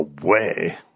away